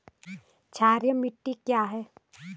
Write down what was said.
क्षारीय मिट्टी क्या है?